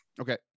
Okay